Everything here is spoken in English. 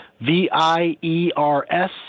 V-I-E-R-S